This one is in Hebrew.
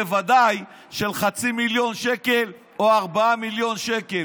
בוודאי של חצי מיליון שקל או 4 מיליון שקל.